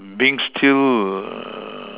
being still err